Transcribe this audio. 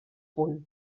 punt